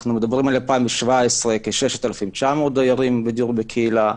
ב-2017 כ-6,900 דיירים בדיור בקהילה,